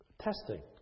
Testing